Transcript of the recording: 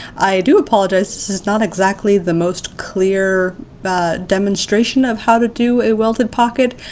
i do apologize, this is not exactly the most clear demonstration of how to do a welted pocket.